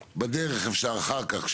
אפשר אחר כך בדרך,